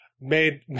made